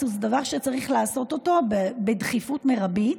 זה דבר שצריך לעשות בדחיפות מרבית,